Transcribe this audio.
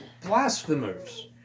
blasphemers